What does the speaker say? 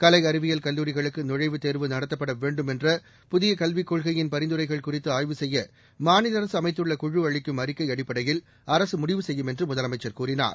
கலை அறிவியல் கல்லூரிகளுக்கு நுழைவுத் தேர்வு நடத்தப்பட வேண்டும் என்ற புதிய கல்விக் கொள்கையின் பரிந்துரைகள் குறித்து ஆய்வு செய்ய மாநில அரசு அமைத்துள்ள குழு அளிக்கும் அறிக்கை அடிப்படையில் அரசு முடிவு செய்யும் என்று முதலமைச்சர் கூறினார்